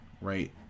right